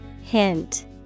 Hint